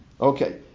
Okay